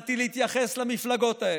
בכוונתי להתייחס למפלגות האלה.